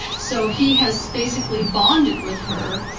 so he has basically bonded with her,